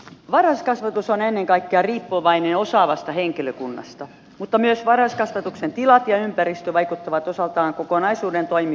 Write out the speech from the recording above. varhaiskasvatus on ennen kaikkea riippuvainen osaavasta henkilökunnasta mutta myös varhaiskasvatuksen tilat ja ympäristö vaikuttavat osaltaan kokonaisuuden toimivuuteen